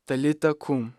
talita kum